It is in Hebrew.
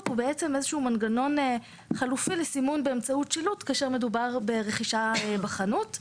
הוא חלופי לסימון באמצעות שילוט כשמדובר ברכישה בחנות.